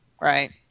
Right